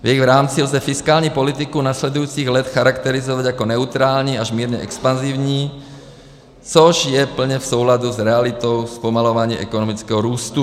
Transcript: V jejich rámci lze fiskální politiku následujících let charakterizovat jako neutrální až mírně expanzivní, což je plně v souladu s realitou zpomalování ekonomického růstu.